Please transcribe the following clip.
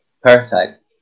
Perfect